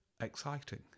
exciting